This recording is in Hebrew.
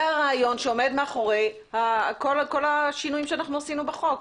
זה הרעיון שעומד מאחורי כל השינוי שעשינו בחוק.